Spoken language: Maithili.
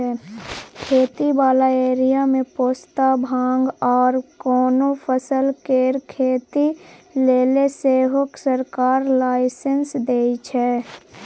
खेती बला एरिया मे पोस्ता, भांग आर कोनो फसल केर खेती लेले सेहो सरकार लाइसेंस दइ छै